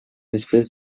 espèces